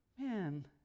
Man